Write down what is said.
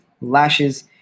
lashes